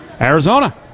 Arizona